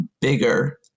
bigger